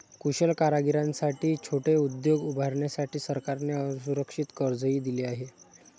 कुशल कारागिरांसाठी छोटे उद्योग उभारण्यासाठी सरकारने असुरक्षित कर्जही दिले आहे